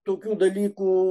tokių dalykų